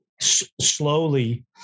slowly